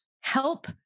help